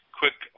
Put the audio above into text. quick